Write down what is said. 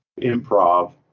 improv